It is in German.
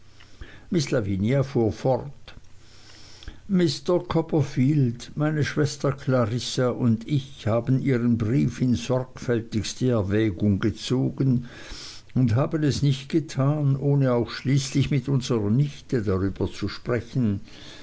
miß lavinia fuhr fort mr copperfield meine schwester clarissa und ich haben ihren brief in sorgfältigste erwägung gezogen und haben es nicht getan ohne auch schließlich mit unserer nichte darüber zu sprechen